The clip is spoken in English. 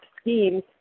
schemes